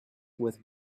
with